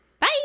bye